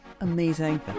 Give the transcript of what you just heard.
Amazing